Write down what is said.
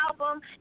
album